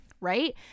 right